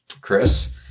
Chris